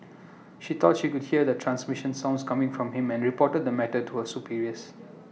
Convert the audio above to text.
she thought she could hear the transmission sounds coming from him and reported the matter to her superiors